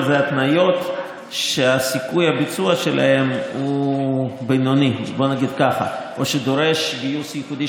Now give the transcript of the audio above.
זה התניות שסיכוי הביצוע שלהן הוא בינוני או שדורש גיוס ייחודי